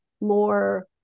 more